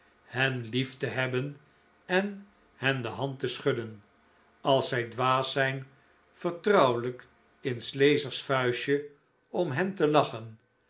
hen lief te hebben en hen de hand te schudden als zij dwaas zijn vertrouwelijk in s lezers vuistje om hen te lachen